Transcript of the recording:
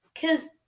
cause